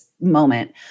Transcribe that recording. moment